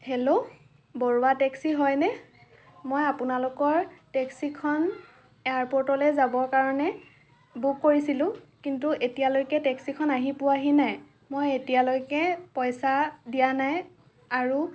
hello Baruah taxi হয় নে মই আপোনালোকৰ টেক্সিখন এয়াৰপোৰ্টলৈ যাবৰ কাৰণে বুক কৰিছিলোঁ কিন্তু এতিয়ালৈকে টেক্সিখন আহি পোৱাহি নাই মই এতিয়ালৈকে পইচা দিয়া নাই আৰু